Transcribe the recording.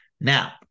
Now